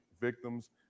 victims